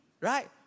right